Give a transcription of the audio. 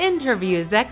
interviews